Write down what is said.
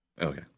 Okay